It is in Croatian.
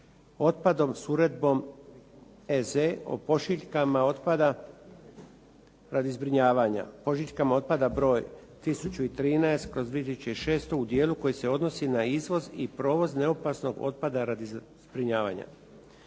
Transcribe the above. otpadom s uredbom EZ o pošiljkama otpada radi zbrinjavanja, pošiljkama otpada br. 1013./2006. u dijelu koje se odnosi za izvoz i provoz neopasnog otpada radi zbrinjavanja.